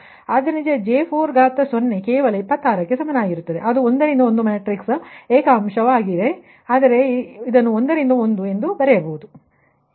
ಆದ್ದರಿಂದJ4 ಕೇವಲ 26 ಕ್ಕೆ ಸಮನಾಗಿರುತ್ತದೆ ಅದು 1 ರಿಂದ 1 ಮ್ಯಾಟ್ರಿಕ್ಸ್ ಏಕ ಅಂಶವಾಗಿದೆ ಆದರೆ1 ರಿಂದ 1 ಎಂದು ಬರೆಯಬಹುದು